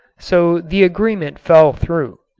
so the agreement fell through.